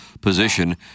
position